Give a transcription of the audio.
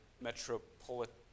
Metropolitan